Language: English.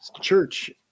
church